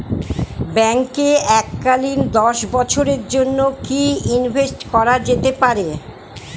ব্যাঙ্কে এককালীন দশ বছরের জন্য কি ইনভেস্ট করা যেতে পারে?